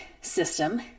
system